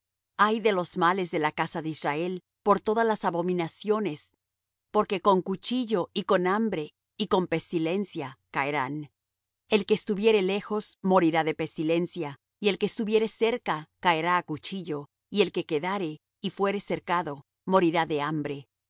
ay de los males de la casa de israel por todas las abominaciones porque con cuchillo y con hambre y con pestilencia caerán el que estuviere lejos morirá de pestilencia y el que estuviere cerca caerá á cuchillo y el que quedare y fuere cercado morirá de hambre